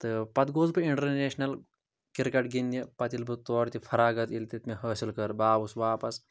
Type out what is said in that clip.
تہٕ پَتہٕ گوس بہٕ اِنٹَرنیشنَل کِرکَٹ گِنٛدنہِ پَتہٕ ییٚلہِ بہٕ تورٕ تہِ فراغت ییٚلہِ تِتہِ مےٚ حٲصِل کٔر بہٕ آوُس واپَس